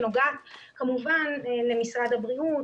שנוגעת כמובן למשרד הבריאות,